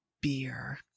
beer